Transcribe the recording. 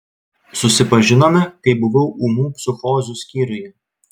susipažinome kai buvau ūmių psichozių skyriuje